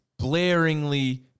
blaringly